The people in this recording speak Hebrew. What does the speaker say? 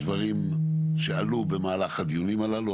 דברים שעלו במהלך הדיונים הללו.